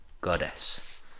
Goddess